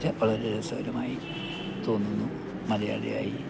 ചിലപ്പോൾ ഉള്ളവർ രസകരമായി തോന്നുന്നു മലയാളിയായി